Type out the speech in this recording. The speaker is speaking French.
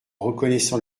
reconnaissant